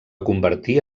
convertir